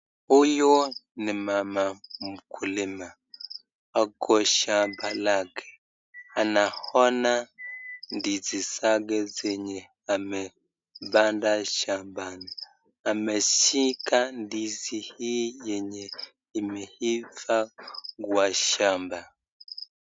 Huyu ni mama mkulima aliye kwenye shamba lake. Anaziona ndizi zake ambazo amezipanda shambani. Ameshika ndizi ambayo imeiva shambani.